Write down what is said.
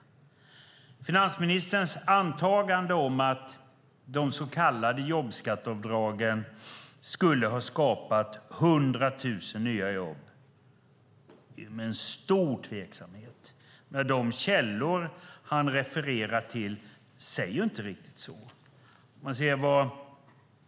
Det är tveksamt om finansministerns antagande om att de så kallade jobbskatteavdragen skulle ha skapat 100 000 nya jobb stämmer. De källor han refererar till säger inte riktigt så.